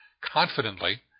confidently